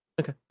Okay